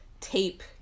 tape